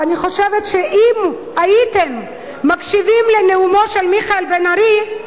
ואני חושבת שאם הייתם מקשיבים לנאומו של מיכאל בן-ארי,